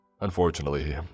Unfortunately